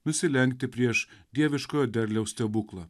nusilenkti prieš dieviškojo derliaus stebuklą